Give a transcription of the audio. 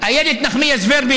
איילת נחמיאס ורבין,